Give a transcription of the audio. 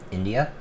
India